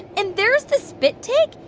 and there's the spit take.